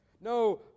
No